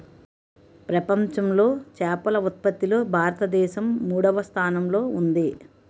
ప్రపంచంలో చేపల ఉత్పత్తిలో భారతదేశం మూడవ స్థానంలో ఉంది